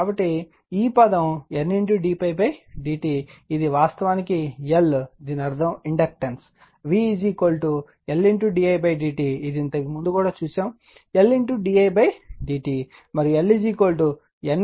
కాబట్టి ఈ పదం N d ∅ d i ఇది వాస్తవానికి L దీని అర్ధం inductance v L d i d t ఇది ఇంతకు ముందు కూడా చూసాము కాబట్టి L d i d t